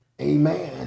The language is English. Amen